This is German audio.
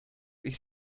ich